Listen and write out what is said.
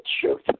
truth